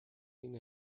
این